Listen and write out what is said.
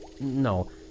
No